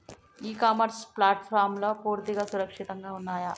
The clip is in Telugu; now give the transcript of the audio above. ఇ కామర్స్ ప్లాట్ఫారమ్లు పూర్తిగా సురక్షితంగా ఉన్నయా?